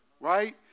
right